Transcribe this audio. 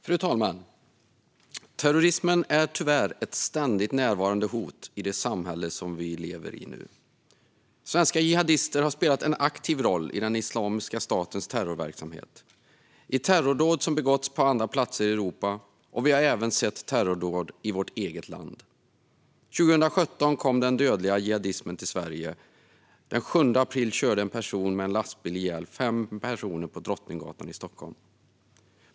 Fru talman! Terrorismen är tyvärr ett ständigt närvarande hot i det samhälle som vi lever i. Svenska jihadister har spelat en aktiv roll i Islamiska statens terrorverksamhet, i terrordåd som har begåtts på andra platser i Europa. Vi har även sett terrordåd i vårt eget land. År 2017 kom den dödliga jihadismen till Sverige. Den 7 april körde en person med en lastbil ihjäl fem personer på Drottninggatan i Stockholm.